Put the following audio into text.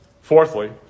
Fourthly